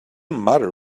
matter